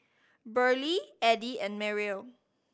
Burley Eddie and Mariel